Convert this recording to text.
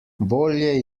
bolje